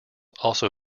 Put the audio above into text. also